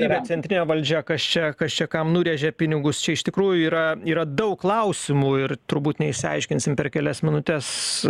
yra centrinė valdžia kas čia kas čia kam nurėžė pinigus čia iš tikrųjų yra yra daug klausimų ir turbūt neišsiaiškinsim per kelias minutes